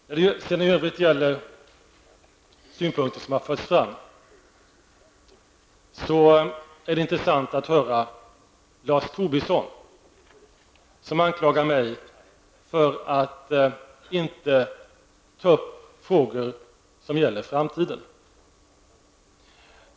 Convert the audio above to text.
När det i övrigt gäller synpunkter som har förts fram var det intressant att höra Lars Tobisson, som anklagade mig för att inte ta upp frågor som gäller framtiden.